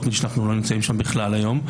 מין שאנחנו לא נמצאים שם בכלל היום,